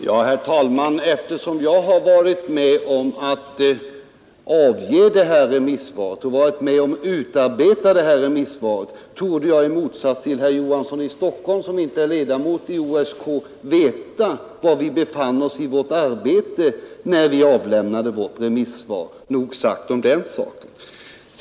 Herr talman! Eftersom jag har varit med om att utarbeta och avge det här remissvaret torde jag, i motsats till herr Olof Johansson i Stockholm som inte är ledamot av OSK, veta var vi befann oss i vårt arbete när vi avlämnade vårt remissvar. Nog sagt om den saken.